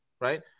right